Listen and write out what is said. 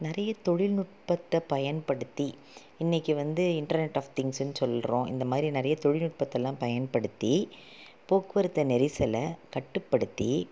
நிறைய தொழில்நுட்பத்தை பயன்படுத்தி இன்னைக்கு வந்து இன்ட்ரநெட் ஆஃப் திங்க்ஸுன்னு சொல்கிறோம் இந்த மாதிரி நிறைய தொழில்நுட்பத்தெல்லாம் பயன்படுத்தி போக்குவரத்து நெரிசலை கட்டுப்படுத்தி